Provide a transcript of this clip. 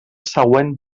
següent